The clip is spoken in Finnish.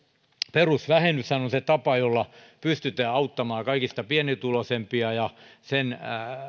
perusvähennyshän on se tapa jolla pystytään auttamaan kaikista pienituloisimpia ja sen